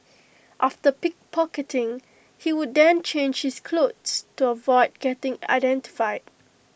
after pickpocketing he would then change his clothes to avoid getting identified